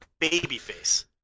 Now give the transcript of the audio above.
babyface